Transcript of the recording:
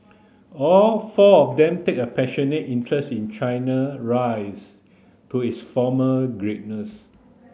all four of them take a passionate interest in China rise to its former greatness